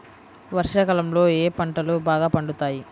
వర్షాకాలంలో ఏ పంటలు బాగా పండుతాయి?